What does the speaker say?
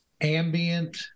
ambient